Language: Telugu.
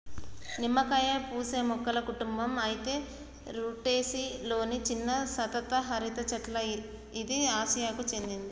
నిమ్మకాయ పూసే మొక్కల కుటుంబం అయిన రుటెసి లొని చిన్న సతత హరిత చెట్ల ఇది ఆసియాకు చెందింది